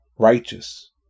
righteous